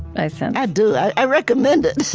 i sense i do. i recommend it.